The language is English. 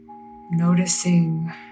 noticing